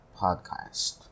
podcast